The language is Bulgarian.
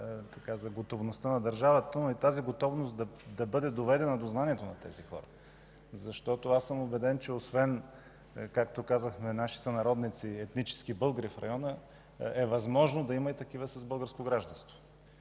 за готовността на държавата, но и тази готовност да бъде доведена до знанието на тези хора. Защото съм убеден, че нашите сънародници – етнически българи в района, е възможно да има и такива с българско гражданство,